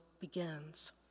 begins